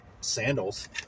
sandals